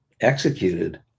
executed